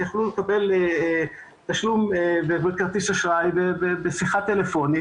גם ביכולת שלו לטפל בדברים גם בהרבה מאוד חמלה,